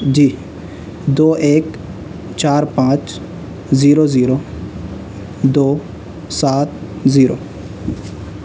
جی دو ایک چار پانچ زیرو زیرو دو سات زیرو